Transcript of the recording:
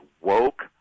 woke